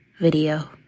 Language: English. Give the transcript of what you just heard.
video